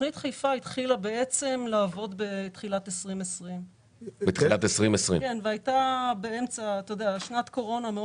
תכנית חיפה התחילה לעבוד בתחילת 2020. הייתה שנת קורונה,